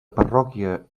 parròquia